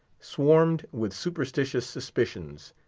swarmed with superstitious suspicions.